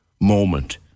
moment